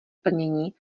plnění